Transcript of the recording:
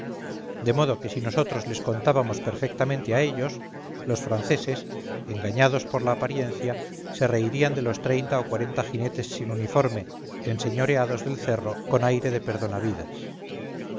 de modo que si nosotros les contábamos perfectamente a ellos los franceses engañados por la apariencia se reirían de los treinta o cuarenta jinetes sin uniforme enseñoreados del cerro con aire de perdona vidas